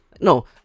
no